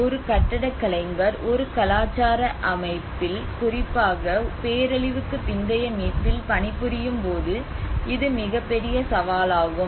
ஒரு கட்டடக் கலைஞர் ஒரு கலாச்சார அமைப்பில் குறிப்பாக பேரழிவுக்குப் பிந்தைய மீட்பில் பணிபுரியும் போது இது மிகப்பெரிய சவாலாகும்